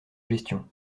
gestion